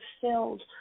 filled